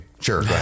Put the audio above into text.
Sure